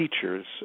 Teachers